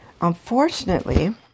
Unfortunately